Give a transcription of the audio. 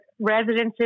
residences